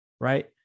right